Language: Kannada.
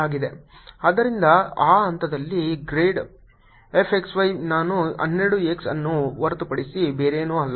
ಆದ್ದರಿಂದ ಆ ಹಂತದಲ್ಲಿ grad fxy ನಾನು 12 x ಅನ್ನು ಹೊರತುಪಡಿಸಿ ಬೇರೇನೂ ಅಲ್ಲ